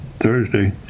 Thursday